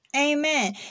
amen